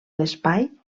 l’espai